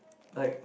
like